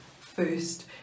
first